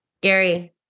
Gary